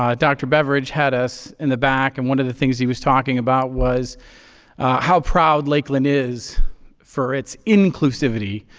ah dr. beverage had us in the back. and one of the things he was talking about was how proud lakeland is for its inclusivity,